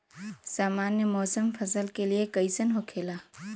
सामान्य मौसम फसल के लिए कईसन होखेला?